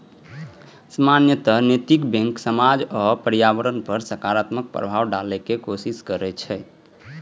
सामान्यतः नैतिक बैंक समाज आ पर्यावरण पर सकारात्मक प्रभाव डालै के कोशिश करै छै